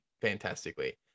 fantastically